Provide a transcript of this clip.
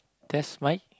test mic